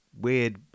weird